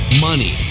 money